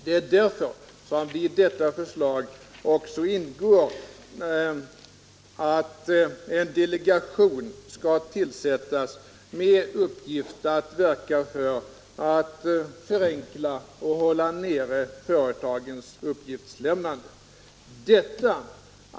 Det är därför som det i förslaget också ingår att en delegation skall tillsättas med uppgift att verka för att förenkla och hålla nere företagens uppgiftslämnande.